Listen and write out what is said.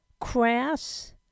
crass